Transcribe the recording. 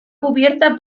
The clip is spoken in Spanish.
cubierta